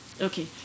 Okay